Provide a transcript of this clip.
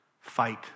fight